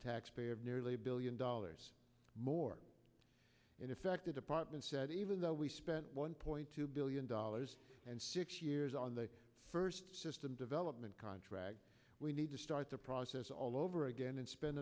taxpayer nearly a billion dollars more in effect the department said even though we spent one point two billion dollars and six years on the first system development contract we need to start the process all over again and spend